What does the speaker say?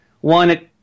One